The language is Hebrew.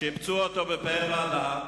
שיפצו אותו בפאר והדר,